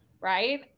Right